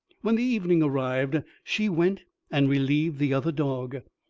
when the evening arrived, she went and relieved the other dog,